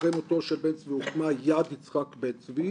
אחרי מותו של בן צבי הוקמה יד יצחק בן צבי,